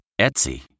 Etsy